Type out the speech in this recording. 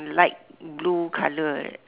light blue colour